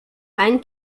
ein